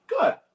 good